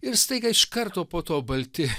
ir staiga iš karto po to balti